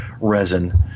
resin